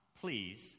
please